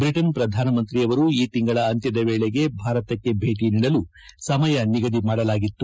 ಜ್ರಿಟನ್ ಪ್ರಧಾನಮಂತ್ರಿ ಅವರು ಈ ತಿಂಗಳ ಅಂತ್ಯದ ವೇಳೆಗೆ ಭಾರತಕ್ಕೆ ಭೇಟಿ ನೀಡಲು ಸಮಯ ನಿಗದಿ ಮಾಡಲಾಗಿತ್ತು